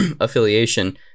affiliation